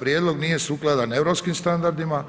Prijedlog nije sukladan europskim standardima,